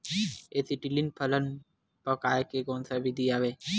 Acetylene फल पकाय के कोन सा विधि आवे?